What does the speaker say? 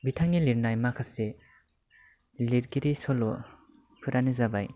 बिथांनि लिरनाय माखासे लिरगिरि सल'फोरानो जाबाय